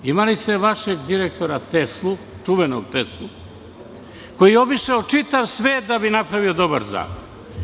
Imali ste vašeg direktora Teslu, čuvenog Teslu, koji je obišao čitav svet da bi napravio dobar zakon.